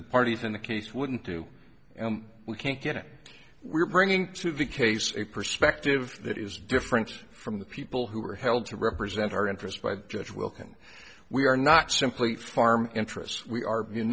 the parties in the case wouldn't do and we can't get it we're bringing to the case a perspective that is different from the people who are held to represent our interests by the judge well can we are not simply farm interests we ar